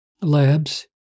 labs